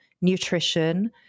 nutrition